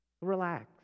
Relax